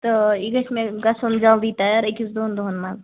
تہٕ یہِ گَژھہِ مےٚ گَژھُن جلدی تیار أکِس دۄن دۄہن منٛز